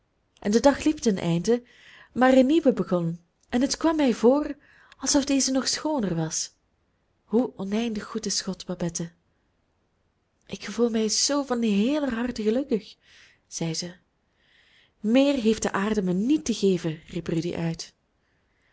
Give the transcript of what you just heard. en de dag liep ten einde maar een nieuwe begon en het kwam mij voor alsof deze nog schooner was hoe oneindig goed is god babette ik gevoel mij zoo van heeler harte gelukkig zeide zij meer heeft de aarde mij niet te geven riep rudy uit